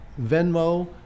Venmo